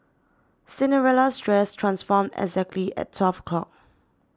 Cinderella's dress transformed exactly at twelve o' clock